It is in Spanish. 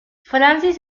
francis